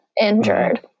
injured